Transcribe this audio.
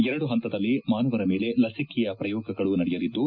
ಎರಡು ಪಂತದಲ್ಲಿ ಮಾನವರ ಮೇಲೆ ಲಸಿಕೆಯ ಪ್ರಯೋಗಗಳು ನಡೆಯಲಿದ್ದು